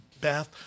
Beth